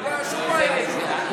ולא הייתה שום בעיה עם זה.